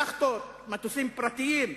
יאכטות, מטוסים פרטיים,